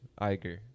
Iger